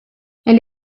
elle